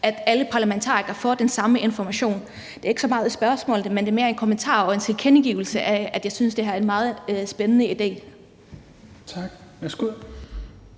at alle parlamentarikere får den samme information. Det er ikke så meget et spørgsmål. Det er mere en kommentar og en tilkendegivelse af, at jeg synes, det her er en meget spændende idé. Kl. 16:35